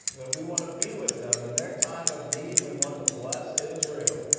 we want to be with them. in their time of need, we want to bless israel.